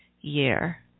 year